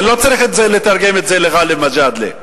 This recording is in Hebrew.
אני לא צריך לתרגם את זה לגאלב מג'אדלה.